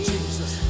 Jesus